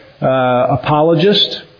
apologist